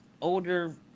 older